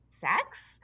sex